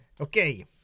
Okay